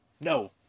no